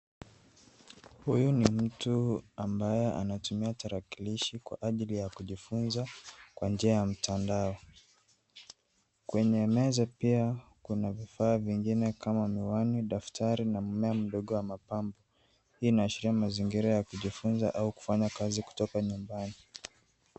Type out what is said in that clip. Huyu ni mtu ambaye anatumia tarakilishi kwa ajili ya kujifunza kwa njia ya mtandao kwenye meza pia kuna vifaa vingine kama miwani, daftari na mmea mdogo wa mapambo hii inaashiria mazingira ya kujifunza au kufanya kazi kutoka nyumbani.